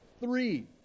three